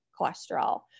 cholesterol